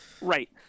Right